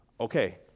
okay